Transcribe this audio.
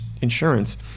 insurance